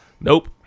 Nope